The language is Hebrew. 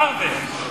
פרווה.